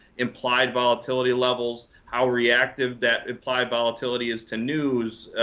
implied volatility levels, how reactive that implied volatility is to news,